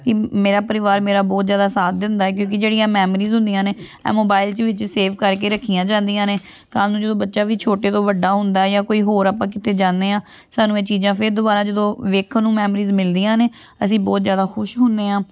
ਕਿ ਮੇਰਾ ਪਰਿਵਾਰ ਮੇਰਾ ਬਹੁਤ ਜ਼ਿਆਦਾ ਸਾਥ ਦਿੰਦਾ ਹੈ ਕਿਉਂਕਿ ਜਿਹੜੀਆਂ ਮੈਮਰੀਜ਼ ਹੁੰਦੀਆਂ ਨੇ ਆਹ ਮੋਬਾਇਲ 'ਚ ਵਿੱਚ ਸੇਵ ਕਰਕੇ ਰੱਖੀਆਂ ਜਾਂਦੀਆਂ ਨੇ ਕੱਲ੍ਹ ਨੂੰ ਜਦੋਂ ਬੱਚਾ ਵੀ ਛੋਟੇ ਤੋਂ ਵੱਡਾ ਹੁੰਦਾ ਹੈ ਜਾਂ ਕੋਈ ਹੋਰ ਆਪਾਂ ਕਿਤੇ ਜਾਂਦੇ ਹਾਂ ਸਾਨੂੰ ਇਹ ਚੀਜ਼ਾਂ ਫਿਰ ਦੁਬਾਰਾ ਜਦੋਂ ਵੇਖਣ ਨੂੰ ਮੈਮਰੀਸ ਮਿਲਦੀਆਂ ਨੇ ਅਸੀਂ ਬਹੁਤ ਜ਼ਿਆਦਾ ਖੁਸ਼ ਹੁੰਦੇ ਹਾਂ